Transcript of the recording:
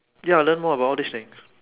ya learn more about all this thing